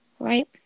Right